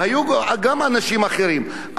והיו גם אנשים אחרים.